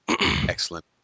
Excellent